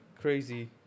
crazy